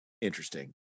interesting